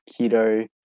Keto